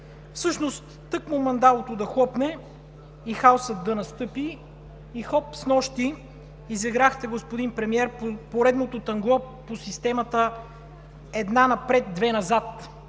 Всъщност тъкмо мандалото да хлопне и хаосът да настъпи, и хоп снощи изиграхте, господин Премиер, поредното танго по системата една напред, две назад